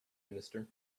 minister